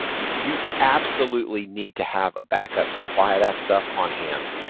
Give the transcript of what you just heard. you absolutely need to have a backup supply of that stuff on hand.